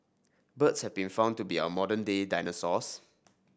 birds have been found to be our modern day dinosaurs